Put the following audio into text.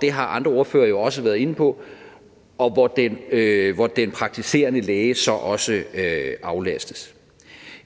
det har andre ordførere jo også været inde på – hvormed den praktiserende læge så også aflastes.